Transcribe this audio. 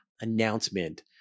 announcement